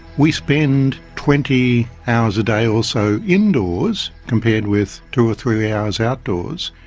we spent and twenty hours a day or so indoors compared with two or three hours outdoors,